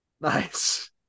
Nice